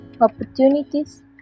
opportunities